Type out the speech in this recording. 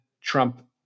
Trump